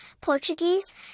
Portuguese